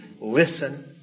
listen